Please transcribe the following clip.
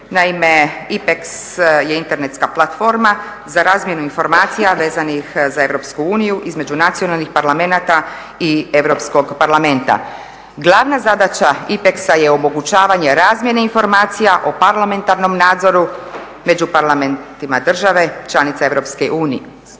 Naime, IPEKS je internetska platforma za razmjenu informacija vezanih za EU između nacionalnih parlamenata i Europskog parlamenta. Glavna zadaća IPEKS-a je omogućavanje razmjene informacija o parlamentarnom nadzoru među parlamentima države članice EU